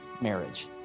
marriage